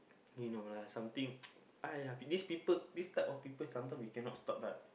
you know lah something !aiya! this people this type of people sometime we cannot stop lah